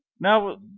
Now